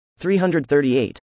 338